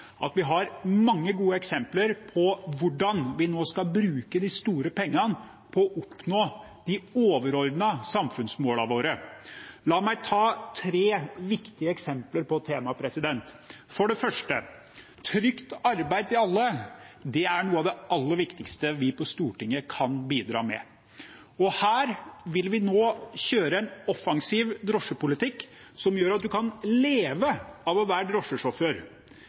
at vi har mange gode eksempler på hvordan vi nå skal bruke de store pengene på å oppnå de overordnede samfunnsmålene våre. La meg ta tre viktige eksempler på temaet. For det første: Trygt arbeid til alle er noe av det aller viktigste vi på Stortinget kan bidra med, og her vil vi nå kjøre en offensiv drosjepolitikk som gjør at en kan leve av å være drosjesjåfør,